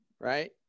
right